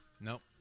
Nope